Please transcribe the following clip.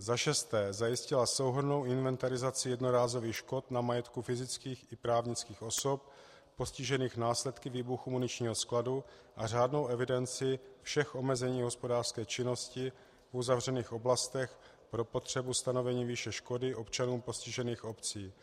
VI. zajistila souhrnnou inventarizaci jednorázových škod na majetku fyzických i právnických osob postižených následky výbuchu muničního skladu a řádnou evidenci všech omezení hospodářské činnosti v uzavřených oblastech pro potřebu stanovení výše škody občanům postižených obcí;